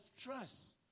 trust